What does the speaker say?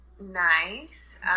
Nice